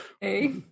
Hey